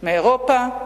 מאירופה,